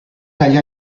dagli